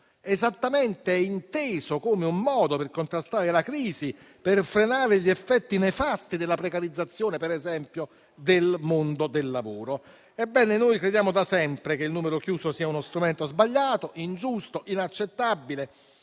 esattamente inteso come un modo per contrastare la crisi, per frenare gli effetti nefasti della precarizzazione, per esempio, del mondo del lavoro. Ebbene, noi crediamo da sempre che il numero chiuso sia uno strumento sbagliato, ingiusto, inaccettabile;